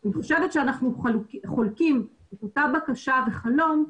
אני חושבת שאנחנו חולקים את אותה בקשה וחלום,